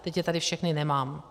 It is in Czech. Teď je tady všechny nemám.